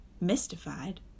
Mystified